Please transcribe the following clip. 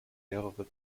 mehrere